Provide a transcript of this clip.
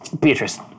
Beatrice